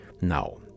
Now